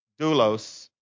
doulos